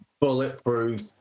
Bulletproof